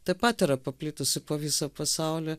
taip pat yra paplitusi po visą pasaulį